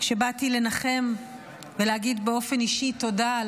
כשבאתי לנחם ולהגיד באופן אישי תודה על